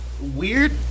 Weird